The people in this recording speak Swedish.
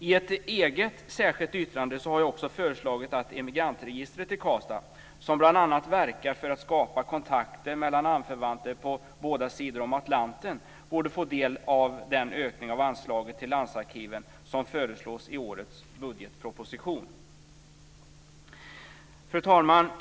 I ett eget särskilt yttrande har jag också föreslagit att Emigrantregistret i Karlstad, som bl.a. verkar för att skapa kontakter mellan anförvanter på båda sidor om Atlanten, borde få del av den ökning av anslaget till landsarkiven som föreslås i årets budgetproposition. Fru talman!